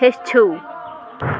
ہیٚچھِو